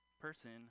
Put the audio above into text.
person